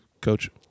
coach